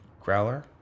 Growler